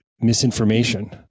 misinformation